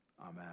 Amen